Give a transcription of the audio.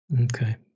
Okay